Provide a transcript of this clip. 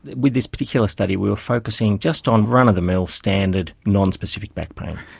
with this particular study we were focusing just on run-of-the-mill, standard, non-specific back pain.